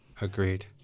Agreed